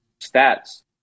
stats